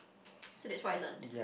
so that's what I learned